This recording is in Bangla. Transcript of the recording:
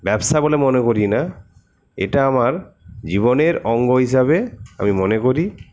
ব্যবসা বলে মনে করি না এটা আমার জীবনের অঙ্গ হিসাবে আমি মনে করি